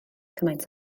cymaint